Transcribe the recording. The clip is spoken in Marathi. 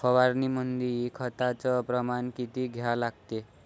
फवारनीमंदी खताचं प्रमान किती घ्या लागते?